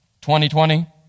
2020